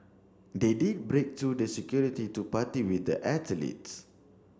did they break through the security to party with the athletes